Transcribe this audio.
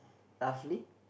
roughly